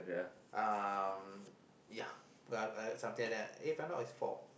uh ya uh uh something like that if I'm not wrong it's four